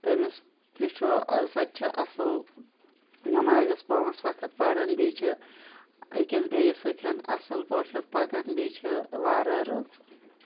تٔمِس تہِ چھُ سۄ تہِ چھےٚ اَصٕل نیٚمازیٚس پانٛژھ وقت پَران بیٚیہِ چھِ أکِس بیٚیس سۭتھۍ اَصٕل پٲٹھۍ پِکان بیٚیہِ چھےٚ واریاہ رٕژ